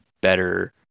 better